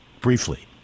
Briefly